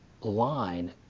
line